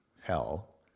hell